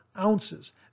ounces